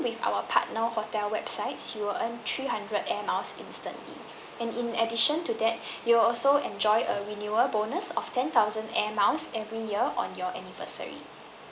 with our partner hotel website you will earn three hundred air miles instantly and in addition to that you also enjoy a renewal bonus of ten thousand air miles every year on your anniversary